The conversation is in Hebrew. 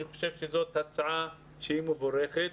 אני חושב שזאת הצעה שהיא מבורכת.